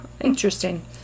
interesting